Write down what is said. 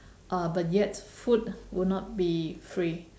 uh but yet food would not be free